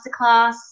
masterclass